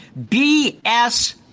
BS